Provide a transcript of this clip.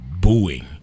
booing